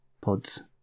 pods